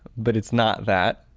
but it's not that.